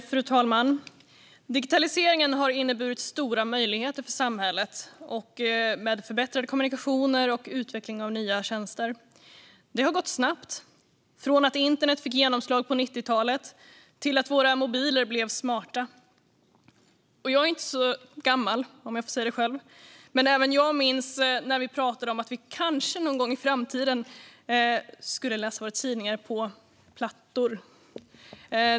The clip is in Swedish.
Fru talman! Digitaliseringen har inneburit stora möjligheter för samhället med förbättrade kommunikationer och utveckling av nya tjänster. Det har gått snabbt, från att internet fick genomslag på 90-talet till att våra mobiler blev smarta. Jag är inte så gammal, om jag får säga det själv, men även jag minns när vi pratade om att vi kanske någon gång i framtiden skulle läsa våra tidningar på plattor, som den jag har med mig här.